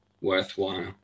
worthwhile